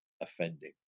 Offending